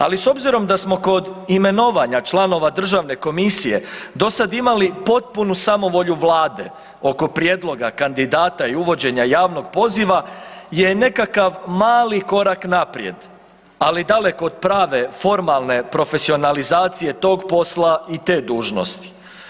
Ali s obzirom da smo kod imenovanja članova državne komisije dosad imali potpunu samovolju vlade oko prijedloga kandidata i uvođenja javnog poziva je nekakav mali korak naprijed, ali daleko od prave formalne profesionalizacije tog posla i te dužnosti.